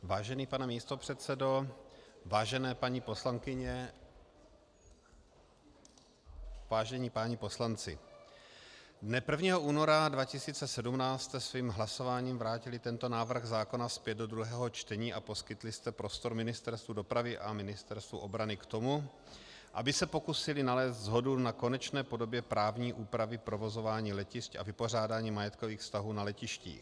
Vážený pane místopředsedo, vážené paní poslankyně, vážení páni poslanci, dne 1. února 2017 jste svým hlasováním vrátili tento návrh zákona zpět do druhého čtení a poskytli jste prostor Ministerstvu dopravy a Ministerstvu obrany k tomu, aby se pokusila nalézt shodu na konečné podobě právní úpravy provozování letišť a vypořádání majetkových vztahů na letištích.